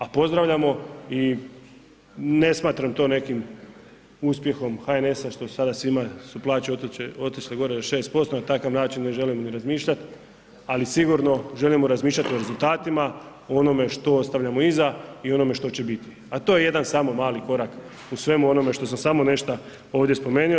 A pozdravljamo i ne smatram to nekim uspjehom HNS-a što sada svima su plaće otišle gore još 6%, na takav način ne želim ni razmišljati, ali sigurno želimo razmišljati o rezultatima, o onome što ostavljamo iza i onome što će biti, a to je jedan samo mali korak u svemu onome što sam samo nešta ovdje spomenuo.